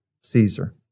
Caesar